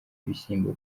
ibishyimbo